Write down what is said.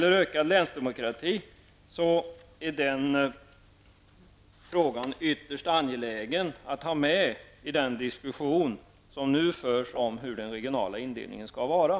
Det är ytterst angeläget att ha med frågan om ökad länsdemokrati i den diskussion som nu förs om hur den lokala indelningen skall vara.